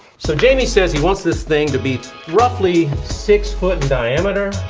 so, jamie says he wants this thing to be roughly six foot in diameter,